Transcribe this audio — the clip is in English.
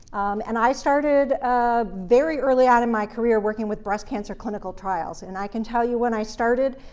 and i started ah very early on in my career working with breast cancer clinical trials, and i can tell you when i started,